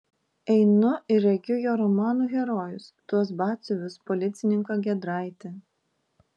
einu ir regiu jo romanų herojus tuos batsiuvius policininką giedraitį